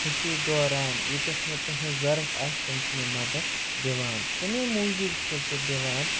خوشی دوران ییٚتٮ۪تھ مےٚ تٕہٕنٛز ضروٗرت آسہِ تِم چھِ مےٚ مَدَتھ دِوان تَمے موٗجوٗب چھُس بہٕ دِوان